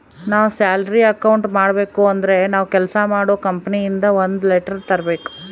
ನಾವ್ salary account ಮಾಡಬೇಕು ಅಂದ್ರೆ ನಾವು ಕೆಲ್ಸ ಮಾಡೋ ಕಂಪನಿ ಇಂದ ಒಂದ್ ಲೆಟರ್ ತರ್ಬೇಕು